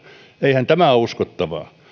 eihän tämä ole uskottavaa